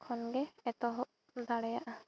ᱠᱷᱚᱱᱜᱮ ᱮᱛᱚᱦᱚᱵ ᱫᱟᱲᱮᱭᱟᱜᱼᱟ